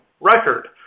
record